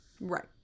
Right